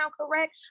correct